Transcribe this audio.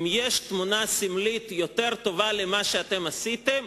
אם יש תמונה סמלית יותר טובה למה שאתם עשיתם,